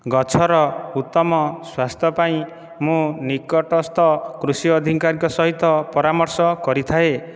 ଗଛର ଉତ୍ତମ ସ୍ୱାସ୍ଥ୍ୟ ପାଇଁ ମୁଁ ନିକଟସ୍ଥ କୃଷି ଅଧିକାରୀଙ୍କ ସହିତ ପରାମର୍ଶ କରିଥାଏ